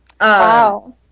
Wow